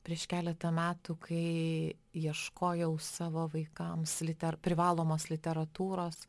prieš keletą metų kai ieškojau savo vaikams liter privalomos literatūros